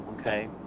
Okay